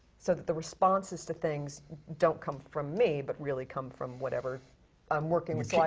so that the responses to things don't come from me, but really come from whatever i'm working with, so i.